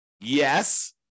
Yes